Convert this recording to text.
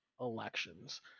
elections